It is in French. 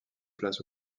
place